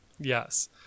Yes